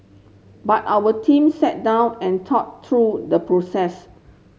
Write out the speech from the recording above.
but our team sat down and thought through the process